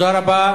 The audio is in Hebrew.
תודה רבה.